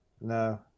No